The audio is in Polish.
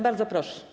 Bardzo proszę.